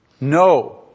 No